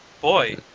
Boy